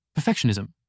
Perfectionism